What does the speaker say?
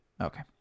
Okay